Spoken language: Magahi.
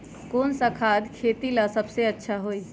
कौन सा खाद खेती ला सबसे अच्छा होई?